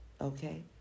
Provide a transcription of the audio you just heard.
okay